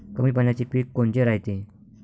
कमी पाण्याचे पीक कोनचे रायते?